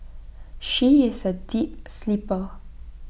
she is A deep sleeper